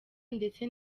ndetse